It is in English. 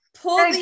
pull